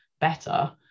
better